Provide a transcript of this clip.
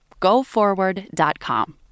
GoForward.com